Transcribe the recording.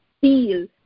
feel